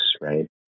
right